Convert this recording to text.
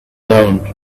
own